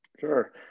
Sure